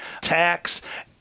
tax